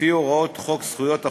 לפי הוראות חוק זכויות החולה,